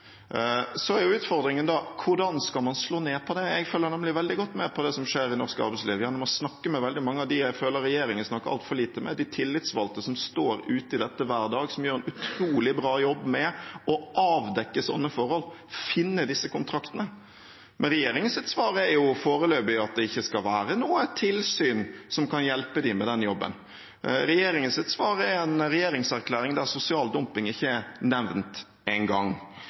er jo hvordan man skal slå ned på det. Jeg følger nemlig veldig godt med på det som skjer i norsk arbeidsliv, gjennom å snakke med veldig mange av dem jeg føler regjeringen snakker altfor lite med: de tillitsvalgte som står ute i dette hver dag, som gjør en utrolig bra jobb med å avdekke slike forhold og finne disse kontraktene. Men regjeringens svar er foreløpig at det ikke skal være noe tilsyn som kan hjelpe dem med den jobben. Regjeringens svar er en regjeringserklæring der sosial dumping ikke er nevnt